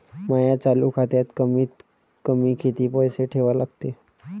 माया चालू खात्यात कमीत कमी किती पैसे ठेवा लागते?